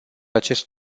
acest